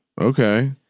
Okay